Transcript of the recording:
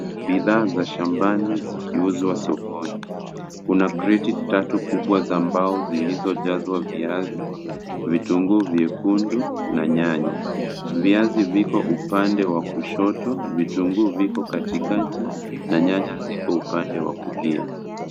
Bidhaa za shambani zikiuzwa sokoni. Kuna kreti tatu kubwa za mbao zilizojazwa viazi, vitunguu vyekundu na nyanya. Viazi viko upande wa kushoto, vitunguu vipo katikati na nyanya ziko upande wa kulia.